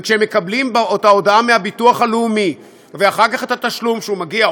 וכשהם מקבלים את ההודעה מהביטוח הלאומי ואחר כך את התשלום שהוא מגיע,